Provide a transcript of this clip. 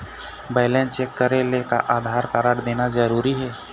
Balance check करेले का Aadhaar card देना जरूरी हे?